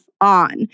on